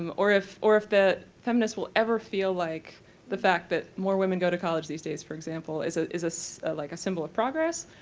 um or if or if the feminists will ever feel like the fact that more women go to college these days, for example, is ah a so like symbol of progress,